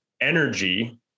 energy